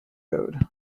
code